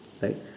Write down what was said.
right